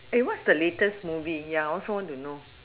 what's the latest movie ya I also want to know